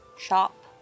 Shop